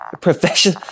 profession